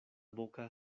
boca